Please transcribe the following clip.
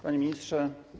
Panie Ministrze!